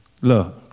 Look